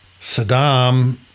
Saddam